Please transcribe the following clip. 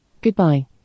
Goodbye